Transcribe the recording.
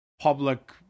public